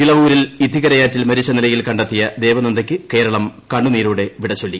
ഇളവൂരിൽ ഇത്തിക്കരയാറ്റിൽ മരിച്ചു നിലയിൽ കണ്ടെത്തിയ ദേവനന്ദയ്ക്ക് കേരളം കണ്ണീരോടെ വിടചൊല്ലി